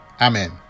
Amen